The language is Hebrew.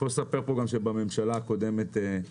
אני יכול לספר פה גם שבממשלה הקודמת הרפורמה,